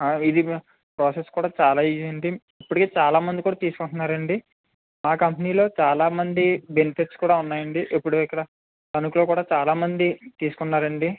ఇది ప్రాసెస్ కూడా చాలా ఈజీ అండి ఇప్పటికీ చాలా మంది కూడా తీసుకుంటున్నారు అండి మా కంపెనీలో చాలా మంచి బెనిఫిట్స్ కూడా ఉన్నాయి అండి ఇప్పుడు ఇక్కడ తణుకులో కూడా చాలా మంది తీసుకున్నారు అండి